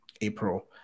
april